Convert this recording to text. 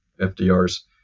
FDR's